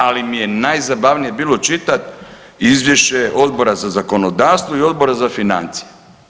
Ali mi je najzabavnije bilo čitati Izvješće Odbora za zakonodavstvo i Odbora za financije.